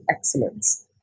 excellence